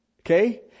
Okay